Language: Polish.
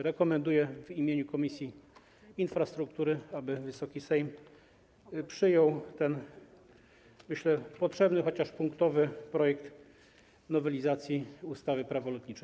Rekomenduję w imieniu Komisji Infrastruktury, aby Wysoki Sejm przyjął ten, myślę, obszerny, chociaż punktowy projekt nowelizacji ustawy - Prawo lotnicze.